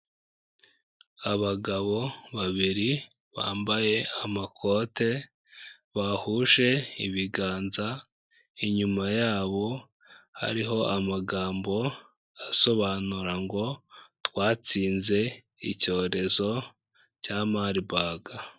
Abagabo babiri bambaye amakote bahuje ibiganza, inyuma yabo hariho amagambo asobanura ngo twatsinze icyorezo cya Marburg.